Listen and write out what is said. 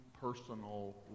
personal